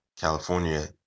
California